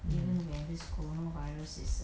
mm